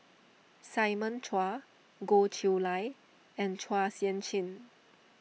Simon Chua Goh Chiew Lye and Chua Sian Chin